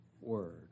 word